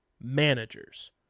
managers